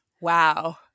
Wow